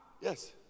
Yes